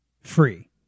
Free